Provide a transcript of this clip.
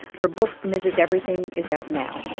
her book misses everything is out now.